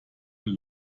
will